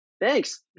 thanks